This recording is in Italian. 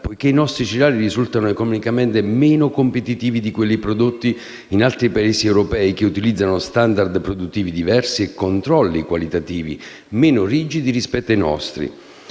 poiché i nostri cereali risultano economicamente meno competitivi di quelli prodotti in altri Paesi europei, che utilizzano *standard* produttivi diversi e controlli qualitativi meno rigidi rispetto ai nostri.